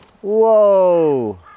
Whoa